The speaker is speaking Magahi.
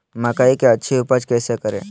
मकई की अच्छी उपज कैसे करे?